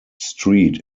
street